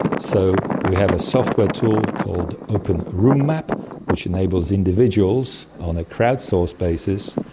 so we have a software tool called openroommap which enables individuals, on a crowd source basis,